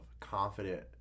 confident